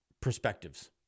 perspectives